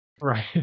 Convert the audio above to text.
Right